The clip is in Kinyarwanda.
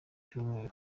cyumweru